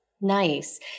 Nice